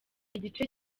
igice